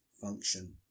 function